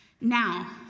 Now